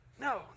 No